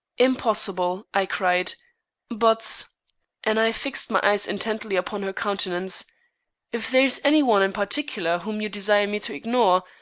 impossible, i cried but and i fixed my eyes intently upon her countenance if there is any one in particular whom you desire me to ignore,